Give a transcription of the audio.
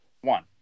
one